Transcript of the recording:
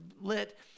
lit